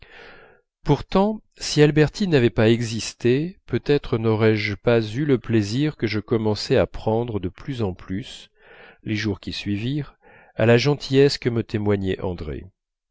pourtant si albertine n'avait pas existé peut-être n'aurais-je pas eu le plaisir que je commençai à prendre de plus en plus les jours qui suivirent à la gentillesse que me témoignait andrée